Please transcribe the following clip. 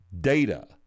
data